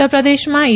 ઉત્તર પ્રદેશમાં ઇ